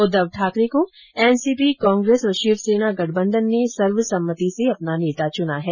उद्वव ठाकरे को एनसीपी कांग्रेस और शिव सेना गठबंधन ने सर्वसम्मति से अपना नेता चुना है